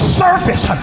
surface